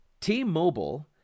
T-Mobile